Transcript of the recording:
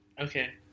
Okay